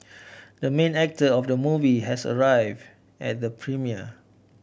the main actor of the movie has arrive at the premiere